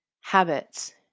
habits